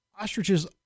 ostriches